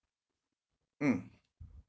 mm